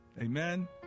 Amen